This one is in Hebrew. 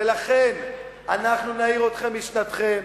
אנחנו נעיר אתכם משנתכם.